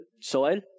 soil